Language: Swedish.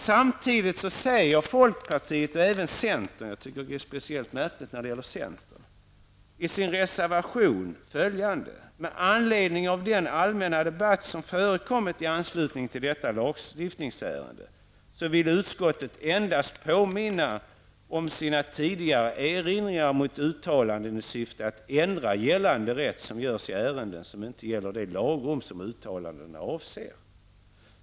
Samtidigt säger folkpartiet och centern -- jag tycker att det är särskilt märkligt när det gäller centern -- följande i en reservation: ''Med anledning av den allmänna debatt som förekommit i anslutning till detta lagstiftningsärende vill utskottet endast påminna om sina tidigare erinringar mot uttalanden i syfte att ändra gällande rätt som görs i ärenden som inte gäller det lagrum uttalanden avser''.